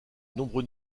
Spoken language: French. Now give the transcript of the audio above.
nombreux